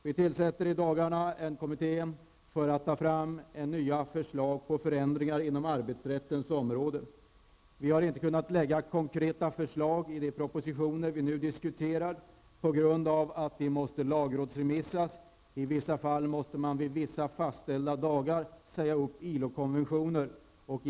Vi tillsätter i dagarna en kommitté för att ta fram nya förslag till förändringar inom arbetsrättens område. Vi har inte kunnat lägga konkreta förslag i de propositioner vi nu diskuterar på grund av att de måste lagrådsremissas och i vissa fall måste man säga upp ILO-konventioner vid vissa fastställda datum.